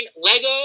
Lego